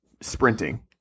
sprinting